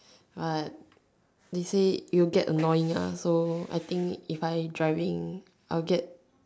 alright you say it will get annoying lah so I think if I driving I will get